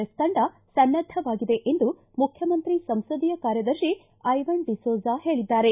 F ತಂಡ ಸನ್ನದ್ದವಾಗಿದೆ ಎಂದು ಮುಖ್ಯಮಂತ್ರಿ ಸಂಸದೀಯ ಕಾರ್ಯದರ್ಶಿ ಐವನ್ ಡಿಸೋಜ ಹೇಳಿದ್ದಾರೆ